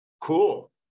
cool